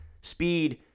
speed